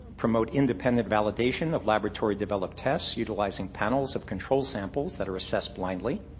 promote independent validation of laboratory developed tests utilizing panels of control samples that are assessed blindly.